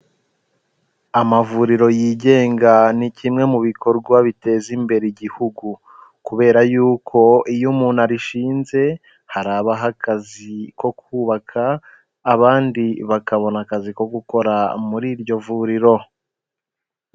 Amavuriro yigenga ni kimwe mu bikorwa biteza imbere igihugu kubera yuko iyo umuntu abishinze hari abo aha akazi ko kubaka abandi bakabona akazi ko gukora muri iryo vuriro.